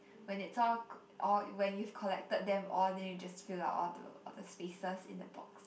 when it's all co~ all when you've collected them all then you just fill up all the all the spaces in the box